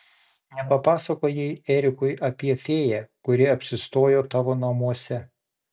nepapasakojai erikui apie fėją kuri apsistojo tavo namuose